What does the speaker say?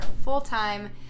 full-time